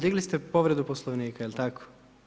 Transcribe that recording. Digli ste povredu Poslovnika je li tako?